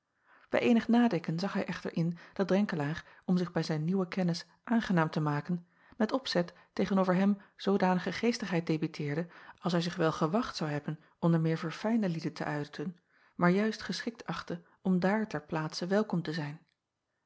ij eenig nadenken zag hij echter in dat renkelaer om zich bij zijn nieuwe kennis aangenaam te maken met opzet tegen-over hem zoodanige geestigheid debiteerde als hij zich wel gewacht zou hebben onder meer verfijnde lieden te uiten maar juist geschikt achtte om daar ter plaatse welkom te zijn